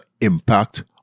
impact